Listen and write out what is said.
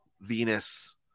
Venus